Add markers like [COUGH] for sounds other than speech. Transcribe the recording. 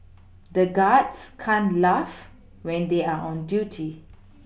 [NOISE] the guards can't laugh when they are on duty [NOISE]